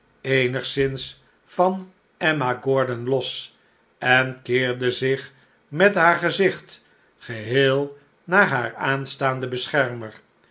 eenigszins van emma gordon los en keerde zich met haar gezicht geheel naar haar aanstaanden beschermer